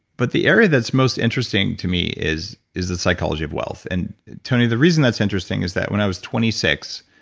but the area that's most interesting to me is is the psychology of wealth. and tony, the reason that's interesting is that when i was twenty six,